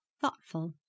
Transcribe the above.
thoughtful